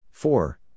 Four